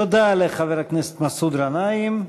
תודה לחבר הכנסת מסעוד גנאים.